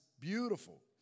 beautiful